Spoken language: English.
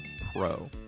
Pro